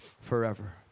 forever